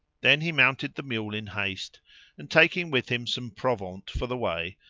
then he mounted the mule in haste and, taking with him some provaunt for the way,